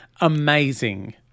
amazing